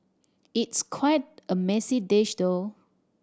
it's quite a messy dish though